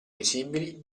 visibili